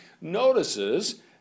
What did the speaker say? notices